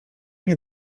nie